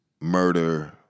murder